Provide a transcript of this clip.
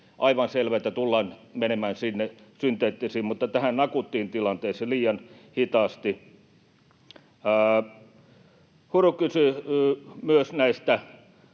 aivan selvää, että tullaan menemään synteettisiin, mutta tähän akuuttiin tilanteeseen ne tulevat liian hitaasti. Huru kysyi myös näistä...